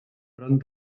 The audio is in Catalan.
front